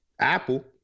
Apple